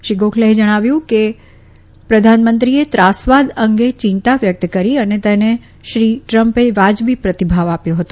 શ્રી ગોયલેએ જણાવ્યું કે પ્રધાનમંત્રીએ ત્રાસવાદ અંગે ચિંતા વ્યકત કરી અને તેને શ્રી ટ્રમ્પે વાજબી પ્રતિભાવ આપ્યો હતો